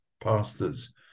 pastors